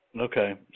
Okay